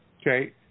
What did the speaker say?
Okay